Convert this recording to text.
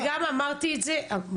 אבל אני בדקתי את נתונים שב"ס המעודכנים.